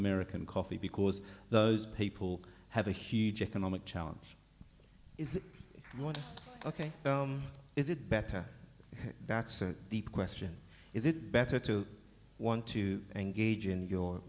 american coffee because those people have a huge economic challenge is i want to ok is it better that's deep question is it better to want to engage in your